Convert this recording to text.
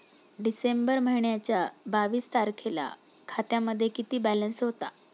डिसेंबर महिन्याच्या बावीस तारखेला खात्यामध्ये किती बॅलन्स होता?